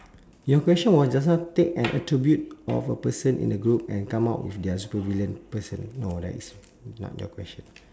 your question was just now take an attribute of a person in the group and come up with their supervillain person no right it's not your question